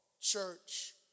church